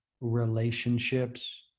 relationships